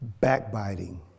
backbiting